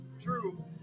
True